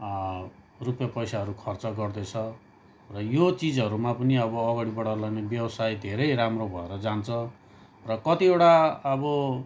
रुपियाँ पैसाहरू खर्च गर्दैछ र यो चिजहरूमा पनि अब अगाडि बढाएर लाने व्यवसाय धेरै राम्रो भएर जान्छ र कतिवटा अब